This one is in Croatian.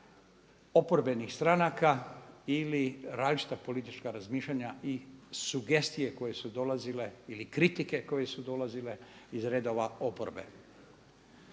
oporbenih stranaka ili različita politička razmišljanja i sugestije koje su dolazile ili kritike koje su dolazile iz redova oporbe.